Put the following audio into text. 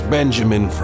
Benjamin